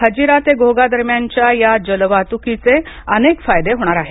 हजिरा ते घोघा दरम्यानच्या या जलवाहतुकीचे अनेक फायदे होणार आहेत